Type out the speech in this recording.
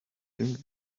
doing